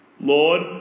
Lord